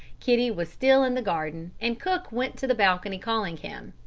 kitty was still in the garden, and cook went to the balcony calling him.